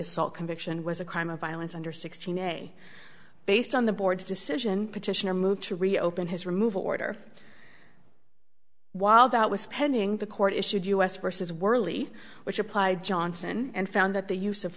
assault conviction was a crime of violence under sixteen a based on the board's decision petitioner moved to reopen his removal order while that was pending the court issued u s versus worley which applied johnson and found that the use of